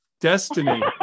Destiny